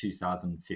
2015